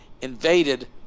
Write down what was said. invaded